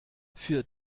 für